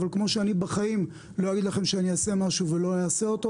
אבל כמו שאני בחיי לא אגיד שאעשה משהו ולא אעשה אותו,